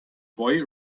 boy